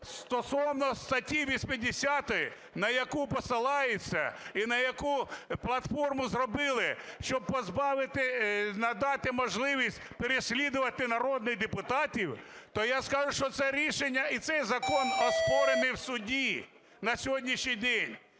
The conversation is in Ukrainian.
стосовно статті 80, на яку посилається і на яку платформу зробили, щоб позбавити, надати можливість переслідувати народних депутатів, то я скажу, що це рішення і цей закон оспорений в суді на сьогоднішній день.